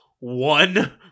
one